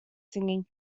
singing